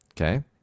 okay